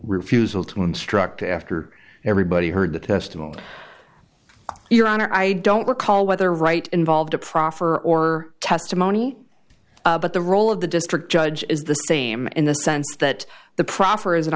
refusal to instruct after everybody heard the testimony your honor i don't recall whether right involved a proffer or testimony but the role of the district judge is the same in the sense that the proffer is an